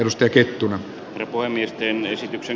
alus teki tuhoa voi miesten esityksen